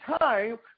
time